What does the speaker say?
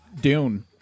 Dune